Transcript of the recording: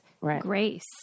grace